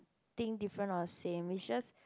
thing different or same it's just